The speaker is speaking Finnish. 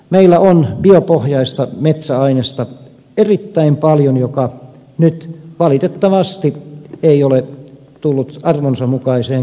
meillä on erittäin paljon biopohjaista metsäainesta joka nyt valitettavasti ei ole tullut arvonsa mukaiseen käyttöön